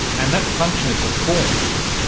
and that function it performs,